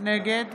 נגד